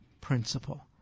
principle